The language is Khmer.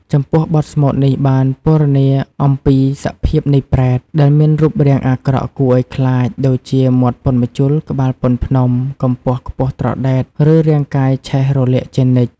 ចំពោះ បទស្មូតនេះបានពណ៌នាអំពីសភាពនៃប្រេត ដែលមានរូបរាងអាក្រក់គួរឲ្យខ្លាច ដូចជាមាត់ប៉ុនម្ជុល ក្បាលប៉ុនភ្នំ កម្ពស់ខ្ពស់ត្រដែត ឬរាងកាយឆេះរលាកជានិច្ច។